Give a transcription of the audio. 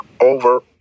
over